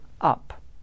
up